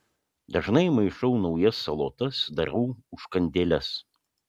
dažnai maišau naujas salotas darau užkandėles